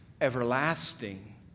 everlasting